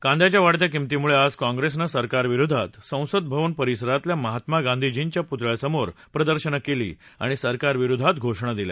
कांद्याच्या वाढत्या किमतीमुळे आज काँग्रेसनं सरकार विरोधात संसद भवन परिसरातल्या महात्मा गांधीजींच्या पुतळ्या समोर प्रदर्शनं केली आणि सरकार विरोधात घोषणा दिल्या